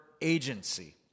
agency